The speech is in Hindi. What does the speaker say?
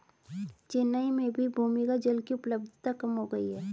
चेन्नई में भी भूमिगत जल की उपलब्धता कम हो गई है